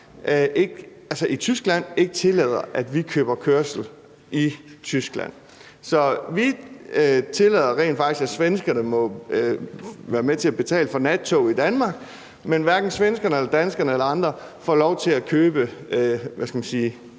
i Tyskland faktisk ikke tillader, at vi køber kørsel i Tyskland. Så vi tillader rent faktisk, at svenskerne må være med til at betale for nattog i Danmark, men hverken svenskerne eller danskerne eller andre får lov til, hvad skal man sige,